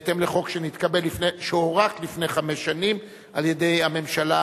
בהתאם לחוק שהוארך לפני חמש שנים על-ידי הממשלה